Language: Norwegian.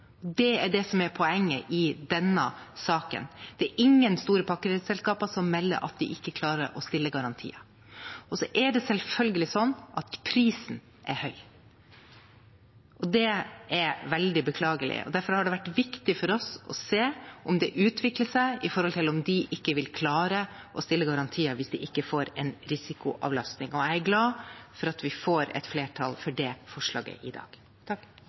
Det er det som er poenget i denne saken. Det er ingen store pakkereiseselskaper som melder at de ikke klarer å stille garantier. Så er det selvfølgelig sånn at prisen er høy. Det er veldig beklagelig, og derfor har det vært viktig for oss å se om det utvikler seg sånn at de ikke vil klare å stille garantier hvis de ikke får en risikoavlastning. Jeg er glad for at vi får et flertall for det forslaget i dag.